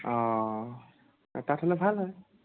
অঁ তাত হ'লে ভাল হয়